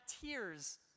tears